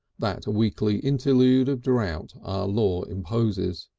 that weekly interlude of drought our law imposes.